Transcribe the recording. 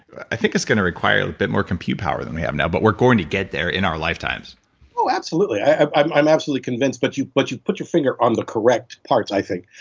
i think it's going to require a bit more compute power than we have now, but we're going to get there in our lifetimes so absolutely. i'm i'm absolutely convinced, but you put you put your finger on the correct parts i think.